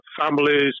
families